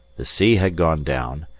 the sea had gone down,